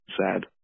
sad